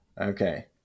Okay